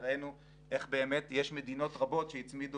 והראינו איך באמת יש מדינות רבות שהצמידו